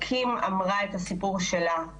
קים אמרה את הסיפור שלה.